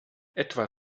etwa